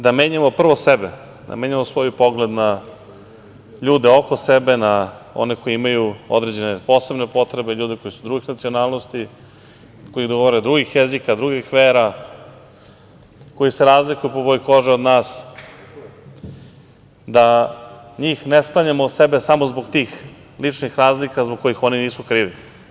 Da menjamo prvo sebe, da menjamo svoj pogled na ljude oko sebe, na one koji imaju određene posebne potrebe, ljude koji su drugih nacionalnosti, koji govore drugim jezikom, drugih vera, koji se razlikuju po boji kože od nas, da njih ne stavljamo sebe samo zbog tih ličnih razlika zbog kojih oni nisu krivi.